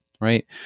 right